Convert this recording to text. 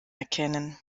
erkennen